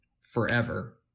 forever